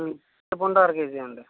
చింతపండు అర కేజీ అండి